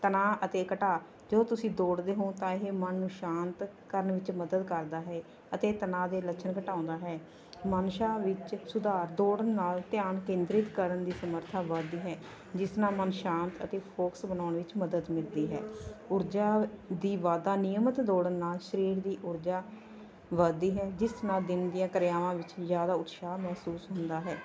ਤਣਾਅ ਅਤੇ ਘਟਾ ਜਦੋਂ ਤੁਸੀਂ ਦੌੜਦੇ ਹੋ ਤਾਂ ਇਹ ਮਨ ਨੂੰ ਸ਼ਾਂਤ ਕਰਨ ਵਿੱਚ ਮਦਦ ਕਰਦਾ ਹੈ ਅਤੇ ਤਣਾਅ ਦੇ ਲੱਛਣ ਘਟਾਉਂਦਾ ਹੈ ਮਨਸ਼ਾ ਵਿੱਚ ਸੁਧਾਰ ਦੌੜਨ ਨਾਲ ਧਿਆਨ ਕੇਂਦਰਿਤ ਕਰਨ ਦੀ ਸਮਰੱਥਾ ਵੱਧਦੀ ਹੈ ਜਿਸ ਨਾਲ ਮਨ ਸ਼ਾਂਤ ਅਤੇ ਫੋਕਸ ਬਣਾਉਣ ਵਿੱਚ ਮਦਦ ਮਿਲਦੀ ਹੈ ਉਰਜਾ ਦਾ ਵਾਧਾ ਨਿਯਮਤ ਦੌੜਨ ਨਾਲ ਸਰੀਰ ਦੀ ਊਰਜਾ ਵੱਧਦੀ ਹੈ ਜਿਸ ਨਾਲ ਦਿਨ ਦੀਆਂ ਕਿਰਿਆਵਾਂ ਵਿੱਚ ਜ਼ਿਆਦਾ ਉਤਸ਼ਾਹ ਮਹਿਸੂਸ ਹੁੰਦਾ ਹੈ